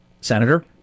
senator